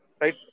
right